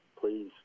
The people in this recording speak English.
please